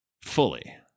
Fully